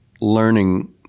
learning